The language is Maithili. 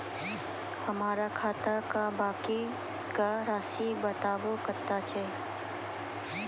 हमर खाता के बाँकी के रासि बताबो कतेय छै?